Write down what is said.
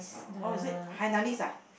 oh is it Hainanese ah